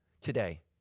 today